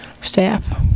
staff